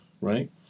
right